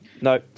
No